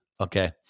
okay